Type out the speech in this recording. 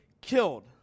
killed